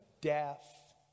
death